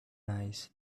nice